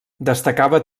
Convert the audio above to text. destacava